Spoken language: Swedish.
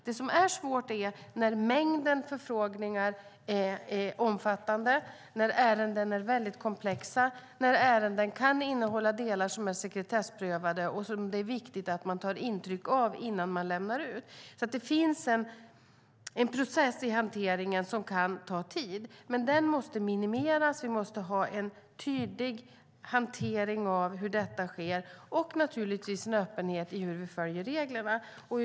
Det som är svårt är när mängden förfrågningar är omfattande, när ärenden är väldigt komplexa och när ärenden kan innehålla delar som är sekretessprövade och som det är viktigt att man tar intryck innan man lämnar ut. Det finns alltså en process i hanteringen som kan ta tid. Den måste dock minimeras, vi måste ha en tydlig hantering av hur detta sker och vi måste naturligtvis ha en öppenhet i hur vi följer reglerna.